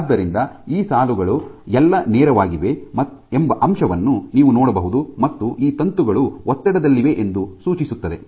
ಆದ್ದರಿಂದ ಈ ಸಾಲುಗಳು ಎಲ್ಲಾ ನೇರವಾಗಿವೆ ಎಂಬ ಅಂಶವನ್ನು ನೀವು ನೋಡಬಹುದು ಮತ್ತು ಈ ತಂತುಗಳು ಒತ್ತಡದಲ್ಲಿವೆ ಎಂದು ಸೂಚಿಸುತ್ತದೆ